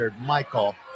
Michael